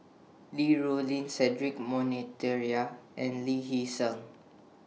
Li Rulin Cedric Monteiro and Lee Hee Seng